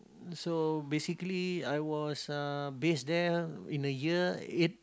so basically I was uh base there in a year eight